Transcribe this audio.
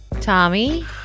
Tommy